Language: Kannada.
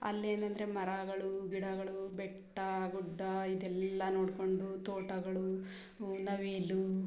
ಅಲ್ಲಿ ಏನಂದರೆ ಮರಗಳು ಗಿಡಗಳು ಬೆಟ್ಟ ಗುಡ್ಡ ಇದೆಲ್ಲ ನೋಡಿಕೊಂಡು ತೋಟಗಳು ನವಿಲು